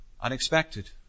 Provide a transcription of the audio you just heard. unexpected